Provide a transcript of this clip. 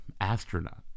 astronaut